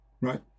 right